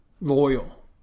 loyal